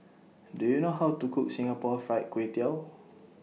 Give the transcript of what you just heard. Do YOU know How to Cook Singapore Fried Kway Tiao